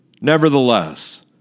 Nevertheless